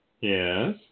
Yes